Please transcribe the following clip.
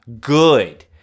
good